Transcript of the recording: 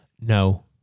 no